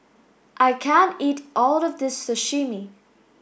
I can't eat all of this Sashimi